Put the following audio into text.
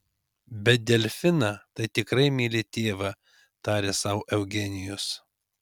bet delfiną tai tikrai myli tėvą tarė sau eugenijus